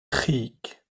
creek